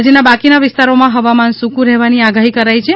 રાજ્યના બાકીના વિસ્તારોમાં હવામાન સૂકું રહેવાની આગાહી કરાઇ છે